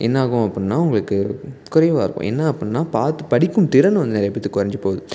என்ன ஆகும் அப்படின்னா உங்களுக்கு குறைவாக இருக்கும் என்ன அப்படின்னா பார்த்து படிக்கும் திறன் வந்து நிறையா பேற்றுக்கு குறைஞ்சி போயிரும்